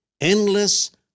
endless